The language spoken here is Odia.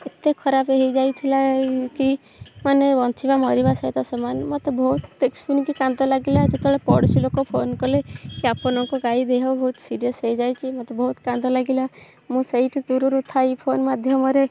ଏତେ ଖରାପ ହେଇଯାଇଥିଲା କି ମାନେ ବଞ୍ଚିବା ମରିବା ସହିତ ସମାନ ମୋତେ ବହୁତ ଶୁଣିକି କାନ୍ଦ ଲାଗିଲା ଯେତେବେଳେ ପଡ଼ୋଶୀ ଲୋକ ଫୋନ୍ କଲେ କି ଆପଣଙ୍କ ଗାଈ ଦେହ ବହୁତ ସିରିଏସ୍ ହେଇଯାଇଛି ମୋତେ ବହୁତ କାନ୍ଦ ଲାଗିଲା ମୁଁ ସେଇଠୁ ଦୂରୁରୁ ଥାଇ ଫୋନ୍ ମାଧ୍ୟମରେ